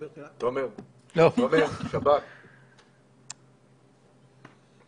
הכללים של המחיקה נקבעו כך שברור שלא נותר אצל השירות כל